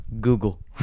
google